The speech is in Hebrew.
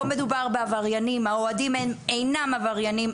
לא מדובר בעבריינים, האוהדים הם אינם עבריינים.